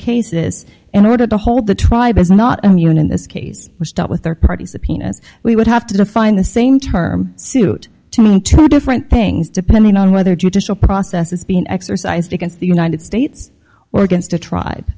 cases in order to hold the tribe is not immune in this case which dealt with their party subpoenas we would have to find the same term suit two different things depending on whether judicial process is being exercised against the united states or against a tried